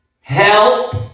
Help